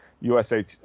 USA